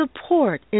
support